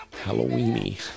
Halloweeny